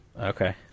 Okay